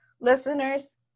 listeners